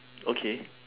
okay